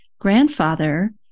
grandfather